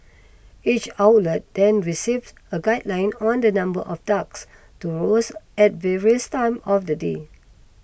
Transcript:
each outlet then receives a guideline on the number of ducks to roast at various times of the day